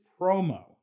promo